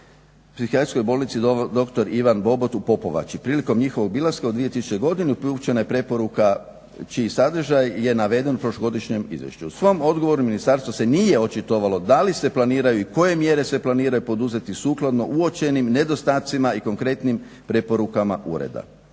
i psihijatrijskoj bolnici Doktor Ivan Bobot u Popovači. Prilikom njihovog obilaska u 2000. godini priopćena je preporuka čiji sadržaj je naveden u prošlogodišnjem izvješću. U svom odgovoru ministarstvo se nije očitovalo da li se planiraju i koje mjere se planiraju poduzeti sukladno uočenim nedostacima i konkretnim preporukama ureda.